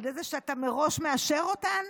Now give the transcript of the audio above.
על ידי זה שאתה מראש מאשר אותן?